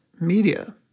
media